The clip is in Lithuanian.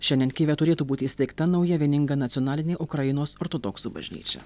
šiandien kijeve turėtų būti įsteigta nauja vieninga nacionalinė ukrainos ortodoksų bažnyčia